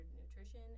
nutrition